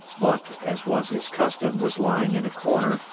buck, as was his custom, was lying in a corner,